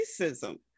racism